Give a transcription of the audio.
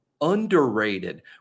underrated